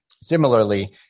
Similarly